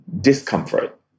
discomfort